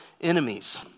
enemies